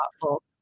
thoughtful